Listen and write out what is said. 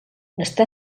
està